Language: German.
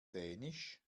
dänisch